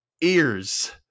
ears